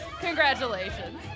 congratulations